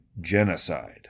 genocide